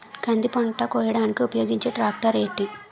కంది పంట కోయడానికి ఉపయోగించే ట్రాక్టర్ ఏంటి?